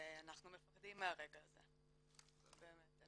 ואנחנו מפחדים מהרגע הזה, באמת.